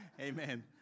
Amen